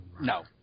No